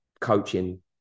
coaching